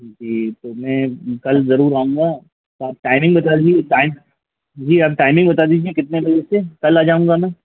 जी तो मैं कल ज़रूर आऊँगा तो आप टाइमिंग बता दीजिए टाइम जी आप टाइमिंग बता दीजिए कितने बजे से कल आ जाऊँगा मैं